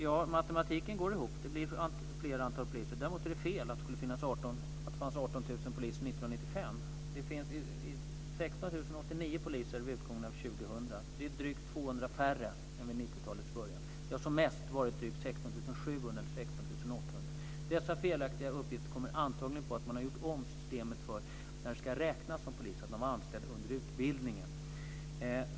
Matematiken går ihop. Det blir fler poliser. Däremot är det fel att det skulle ha funnits 18 000 poliser Det är drygt 200 färre än vid 90-talets början. Det har som mest varit drygt 16 700 eller 16 800. Dessa felaktiga uppgifter beror antagligen på att man har gjort om systemet när det gäller huruvida man ska räknas som polis när man är anställd under utbildningen.